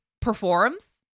performs